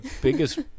biggest